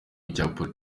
igihugu